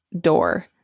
door